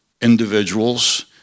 individuals